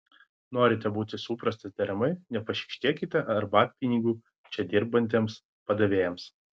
norite būti suprastas deramai nepašykštėkite arbatpinigių čia dirbantiems padavėjams